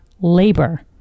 labor